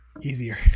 Easier